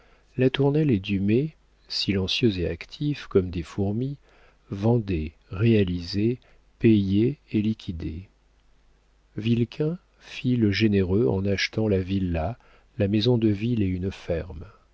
bouches latournelle et dumay silencieux et actifs comme des fourmis vendaient réalisaient payaient et liquidaient vilquin fit le généreux en achetant la villa la maison de ville et une ferme